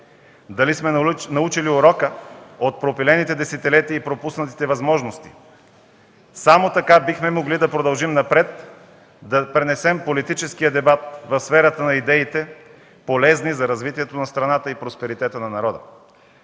дали сме научили урока от пропилените десетилетия и пропуснатите възможности? Само така бихме могли да продължим напред, да пренесем политическия дебат в сферата на идеите, полезни за развитието на страната и просперитета на народа.